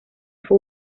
fue